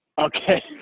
Okay